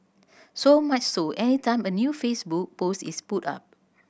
so much so any time a new Facebook post is put up